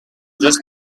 just